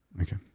okay,